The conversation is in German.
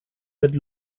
mit